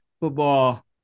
football